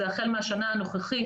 זה החל מהשנה הנוכחית,